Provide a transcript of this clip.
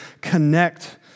connect